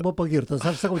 buvo pagirtas aš sakau